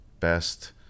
best